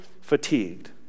fatigued